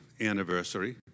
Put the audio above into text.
anniversary